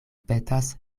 petas